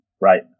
Right